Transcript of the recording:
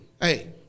Hey